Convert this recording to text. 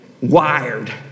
wired